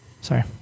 Sorry